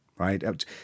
right